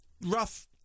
rough